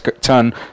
turn